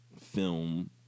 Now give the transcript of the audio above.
film